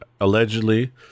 allegedly